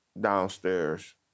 downstairs